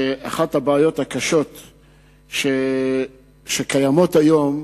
שאחת הבעיות הקשות שקיימות היום,